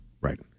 Right